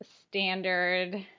standard